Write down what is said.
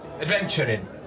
Adventuring